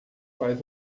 faz